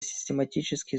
систематический